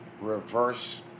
reverse